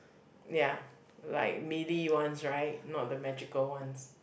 ya like melee ones right not the magical ones